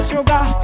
Sugar